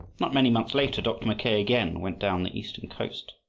not many months later dr. mackay again went down the eastern coast.